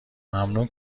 ممنون